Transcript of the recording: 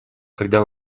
когда